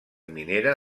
minera